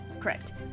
correct